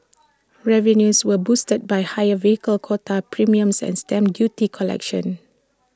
revenues were boosted by higher vehicle quota premiums and stamp duty collections